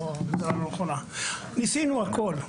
ניסינו הכול.